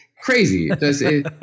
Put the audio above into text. Crazy